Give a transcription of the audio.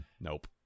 Nope